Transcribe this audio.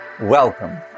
Welcome